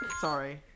Sorry